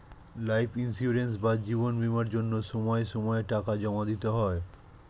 life insurance বা জীবন বীমার জন্য সময় সময়ে টাকা জমা দিতে হয়